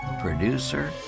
producer